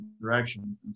directions